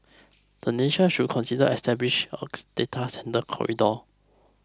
the nation should consider establishing a data centre corridor